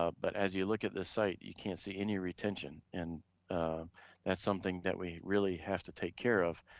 ah but as you look at the site, you can't see any retention and that's something that we really have to take care of.